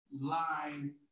line